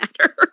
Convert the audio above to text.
matter